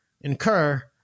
incur